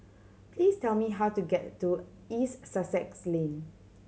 please tell me how to get to East Sussex Lane